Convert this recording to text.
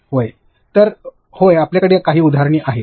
होय हो तर होय आपल्याकडे काही उदाहरणे आहेत